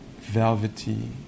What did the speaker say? velvety